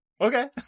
okay